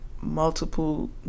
multiple